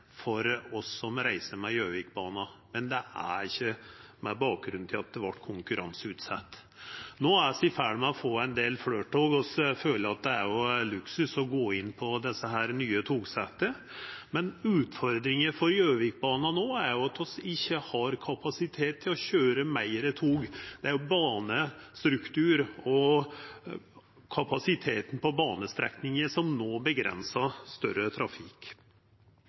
for oss som reiser med ho, men det er ikkje med bakgrunn i at ho vart konkurranseutsett. No er vi i ferd med å få ein del fleire tog. Vi føler at det er luksus å gå inn på desse nye togsetta, men utfordringa for Gjøvikbana no er at ein ikkje har kapasitet til å køyra fleire tog. Det er banestrukturen og kapasiteten på banestrekninga som no set grenser for større trafikk.